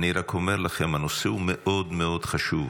אני רק אומר לכם, הנושא הוא מאוד מאוד חשוב.